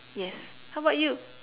yes how about you